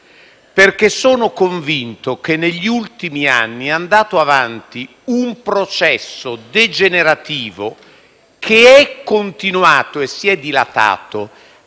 perché sono convinto che negli ultimi anni è andato avanti un processo degenerativo che è continuato e si è dilatato,